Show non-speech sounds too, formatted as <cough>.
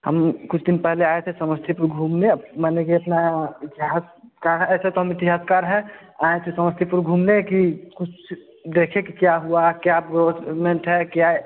हम कुछ दिन पहले आए थे समस्तीपुर घूमने <unintelligible> इतिहास का ऐसे तो हम इतिहासकार हैं आए थे समस्तीपुर घूमने कि कुछ देखें कि क्या हुआ क्या ब्यव मेंट है क्या